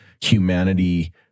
humanity